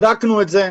בדקנו את זה,